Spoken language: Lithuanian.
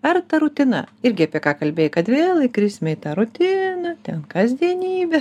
ar ta rutina irgi apie ką kalbėjai kad vėl įkrisime į tą rutiną ten kasdienybė